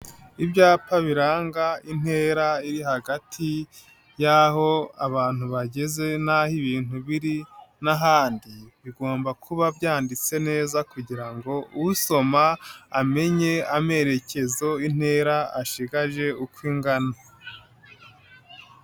Ibyapa biranga intera iri hagati y'aho abantu bageze n'aho ibintu biri n'ahandi, bigomba kuba byanditse neza kugira ngo usoma amenye amerekezo intera ashigaje uko ingana.